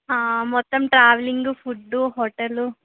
మొత్తం travelling food hotel